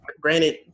Granted